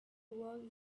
world